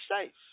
States